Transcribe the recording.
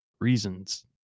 reasons